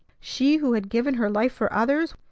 she who had given her life for others,